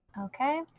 Okay